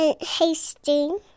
hasting